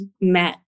met